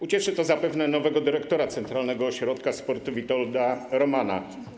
Ucieszy to zapewne nowego dyrektora Centralnego Ośrodka Sportu Witolda Romana.